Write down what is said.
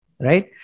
right